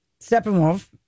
Steppenwolf